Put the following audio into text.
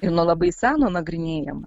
nuo labai seno nagrinėjama